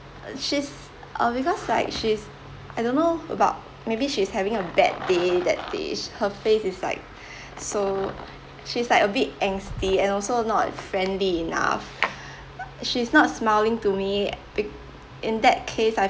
she's uh because like she's I don't know about maybe she's having a bad day that day her face is like so she's like a bit angsty and also not friendly enough she's not smiling to me be~ in that case I